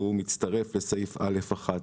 והוא מצטרף לסעיף א1.